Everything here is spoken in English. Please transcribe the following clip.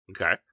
Okay